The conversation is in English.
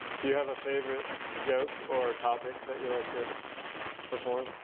do you have a favorite joke or topic that you like to perform?